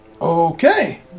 Okay